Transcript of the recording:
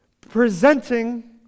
Presenting